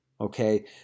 okay